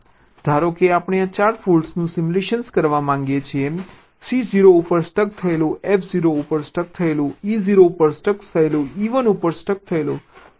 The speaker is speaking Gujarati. ધારો કે આપણે આ 4 ફોલ્ટ્સનું સિમ્યુલેટ કરવા માંગીએ છીએ c 0 ઉપર સ્ટક થયેલું f 0 ઉપર સ્ટક થયેલું e 0 ઉપર સ્ટક થયેલું e 1 ઉપર સ્ટક થયેલું છે